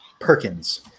Perkins